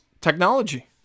technology